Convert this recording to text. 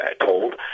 told